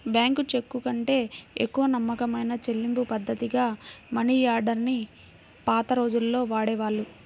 bank చెక్కుకంటే ఎక్కువ నమ్మకమైన చెల్లింపుపద్ధతిగా మనియార్డర్ ని పాత రోజుల్లో వాడేవాళ్ళు